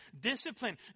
Discipline